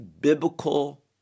biblical